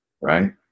Right